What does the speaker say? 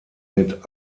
mit